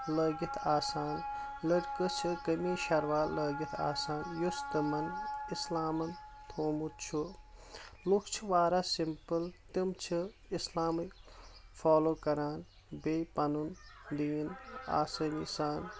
لٲگِتھ آسان لڑکہٕ چھِ قٔمیض شلوار لٲگِتھ آسان یُس تِمن اسلامَن تھوٚومُت چھُ لُکھ چھِ واراہ سمپل تِم چھِ اسلامٕے فالو کران بییٚہِ پنُن دیٖن آسٲنی سان